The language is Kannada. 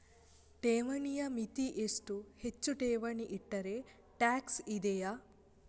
ಠೇವಣಿಯ ಮಿತಿ ಎಷ್ಟು, ಹೆಚ್ಚು ಠೇವಣಿ ಇಟ್ಟರೆ ಟ್ಯಾಕ್ಸ್ ಇದೆಯಾ?